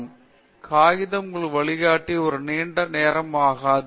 இது நீண்ட காலமாக ஆகலாம் காகித உங்கள் வழிகாட்டி ஒரு நீண்ட நேரம் உட்கார்ந்து இருக்கலாம்